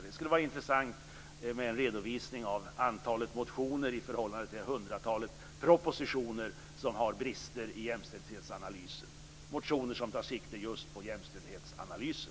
Det skulle vara intressant med en redovisning av antalet motioner i förhållande till det hundratal propositioner som har brister i jämställdhetsanalysen, motioner som tar sikte just på jämställdhetsanalysen.